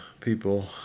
people